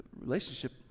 relationship